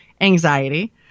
anxiety